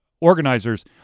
organizers